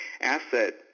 asset